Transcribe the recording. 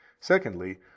Secondly